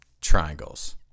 Triangles